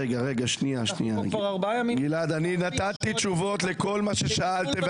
אנחנו פה כבר ארבעה ימים --- נתתי תשובות לכל מה ששאלתם.